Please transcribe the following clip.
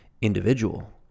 individual